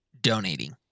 donating